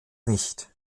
nicht